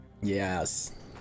yes